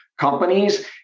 companies